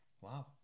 wow